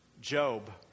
Job